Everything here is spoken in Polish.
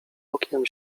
okiem